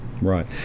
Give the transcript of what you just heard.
right